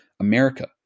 America